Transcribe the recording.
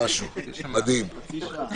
חצי שעה.